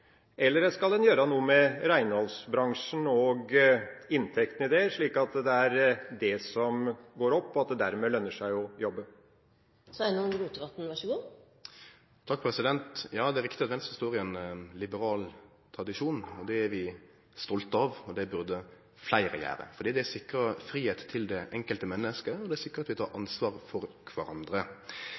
eller skal en gjøre noe med reinholdsbransjen og inntektene der, slik at det er de som går opp, og at det dermed lønner seg å jobbe? Ja, det er riktig at Venstre står i ein liberal tradisjon. Det er vi stolte av, og det burde fleire gjere. Det sikrar fridom til det enkelte mennesket, og det sikrar at vi tar ansvar for